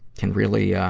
can really, ah,